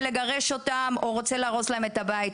לגרש אותם או רוצה להרוס להם את הבית,